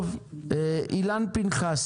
אילן פנחס,